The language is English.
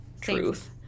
truth